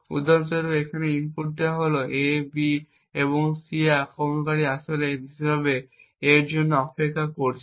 উদাহরণস্বরূপ এখানে ইনপুট দেওয়া হল AB এবং C এবং আক্রমণকারী আসলে বিশেষভাবে A এর জন্য অপেক্ষা করছে